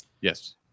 Yes